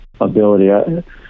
ability